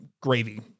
gravy